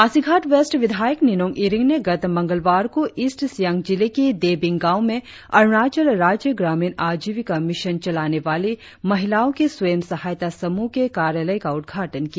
Pasighat west विधायक निनोंग इरिंग ने गत मंगलवार को ईस्ट सियांग जिले के देबिंग गांव में अरुणाचल राज्य ग्रामीण आजीविका मिशन चलाने वाली महिलाओं के स्वयं सहायता समूह के कार्यालय का उद्घाटन किया